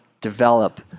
develop